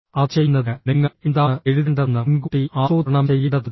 അത് ചെയ്യുന്നതിന് നിങ്ങൾ എന്താണ് എഴുതേണ്ടതെന്ന് മുൻകൂട്ടി ആസൂത്രണം ചെയ്യേണ്ടതുണ്ട്